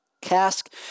cask